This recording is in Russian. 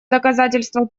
доказательство